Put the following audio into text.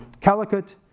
Calicut